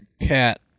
Cat